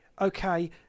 okay